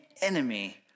enemy